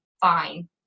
fine